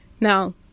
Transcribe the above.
Now